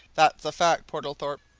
that's a fact, portlethorpe.